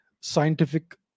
scientific